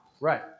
Right